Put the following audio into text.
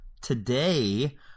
today